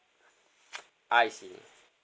I see